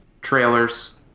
trailers